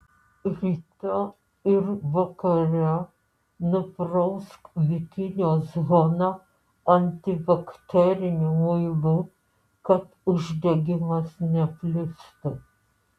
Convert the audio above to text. ryte ir vakare nuprausk bikinio zoną antibakteriniu muilu kad uždegimas neplistų